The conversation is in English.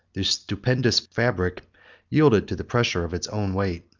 the stupendous fabric yielded to the pressure of its own weight.